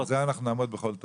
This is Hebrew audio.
על זה אנחנו נעמוד בכל תוקף.